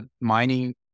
mining